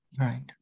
Right